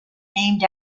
named